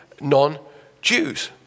non-Jews